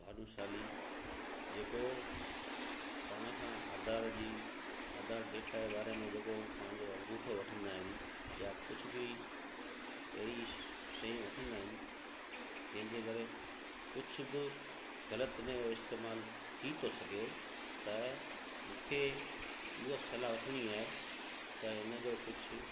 भानूशाली जेको पाण खां आधार जी आधार डेटा जे बारे में जेको पंहिंजो अंगूठो वठंदा आहिनि या कुझु बि अहिड़ी शयूं वठंदा आहिनि जंहिंजे करे कुझु बि ग़लति इनजो इस्तेमालु थी थो सघे त मूंखे उहा सलाह वठिणी आहे त इनजो कुझु